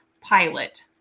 pilot